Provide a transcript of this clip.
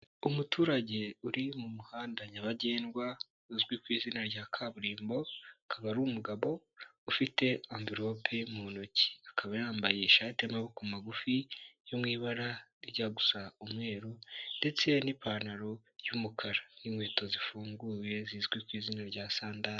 Umuturage uri mu muhanda nyabagendwa uzwi ku izina rya kaburimbo, akaba ari umugabo ufite amvirope mu ntoki, akaba yambaye ishati y'amaboko magufi yo mu ibara rijya gusa umweru ndetse n'ipantaro y'umukara n'inkweto zifunguye zizwi ku izina rya sandari.